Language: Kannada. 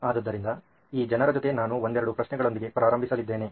ಆದ್ದರಿಂದ ಈ ಜನರ ಜೊತೆ ನಾನು ಒಂದೆರಡು ಪ್ರಶ್ನೆಗಳೊಂದಿಗೆ ಪ್ರಾರಂಭಿಸಲಿದ್ದೇನೆ